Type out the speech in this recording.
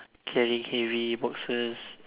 carry heavy boxes